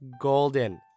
golden